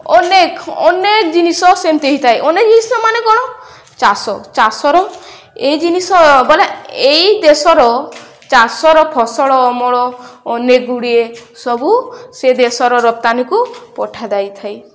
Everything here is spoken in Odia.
ଅନେକ ଅନେକ ଜିନିଷ ସେମିତି ହେଇଥାଏ ଅନେକ ଜିନିଷ ମାନେ କ'ଣ ଚାଷ ଚାଷର ଏଇ ଜିନିଷ ବଲେ ଏଇ ଦେଶର ଚାଷର ଫସଲ ଅମଳ ଅନେକ ଗୁଡ଼ିଏ ସବୁ ସେ ଦେଶର ରପ୍ତାନିକୁ ପଠାଯାଇଥାଏ